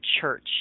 church